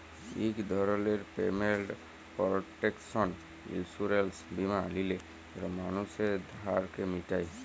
ইক ধরলের payment protection insurance বীমা লিলে যেট মালুসের ধারকে মিটায়